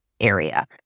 area